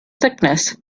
thickness